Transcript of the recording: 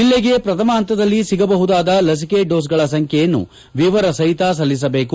ಜಿಲ್ಲೆಗೆ ಪ್ರಥಮ ಹಂತದಲ್ಲಿ ಬೇಕಾಗಬಹುದಾದ ಲಸಿಕೆ ಡೋಸ್ಗಳ ಸಂಬ್ಡೆಯನ್ನು ವಿವರ ಸಹಿತ ಸಲ್ಲಿಸಬೇಕು